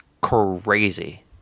crazy